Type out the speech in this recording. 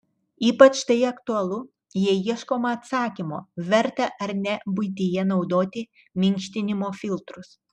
ypač tai aktualu jei ieškoma atsakymo verta ar ne buityje naudoti minkštinimo filtrus